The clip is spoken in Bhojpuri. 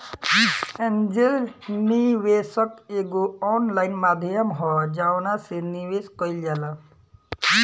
एंजेल निवेशक एगो ऑनलाइन माध्यम ह जवना से निवेश कईल जाला